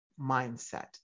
mindset